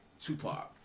Tupac